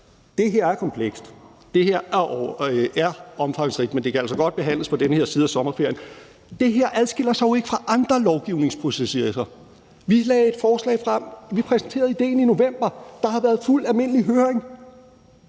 Det her er komplekst. Det her er omfangsrigt, men det kan altså godt behandles på den her side af sommerferien. Det her adskiller sig jo ikke fra andre lovgivningsprocesser. Vi lagde et forslag frem. Vi præsenterede idéen i november. Der har været fuld almindelig høring.